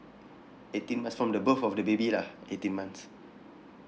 eighteen months from the birth of the baby lah eighteen months